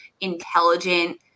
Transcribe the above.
intelligent